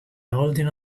holding